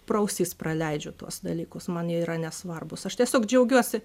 pro ausis praleidžiu tuos dalykus man jie yra nesvarbūs aš tiesiog džiaugiuosi